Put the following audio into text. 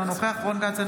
אינו נוכח רון כץ,